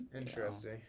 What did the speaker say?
Interesting